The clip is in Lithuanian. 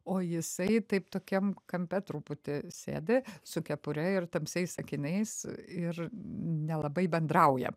o jisai taip tokiam kampe truputį sėdi su kepure ir tamsiais akiniais ir nelabai bendrauja